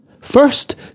First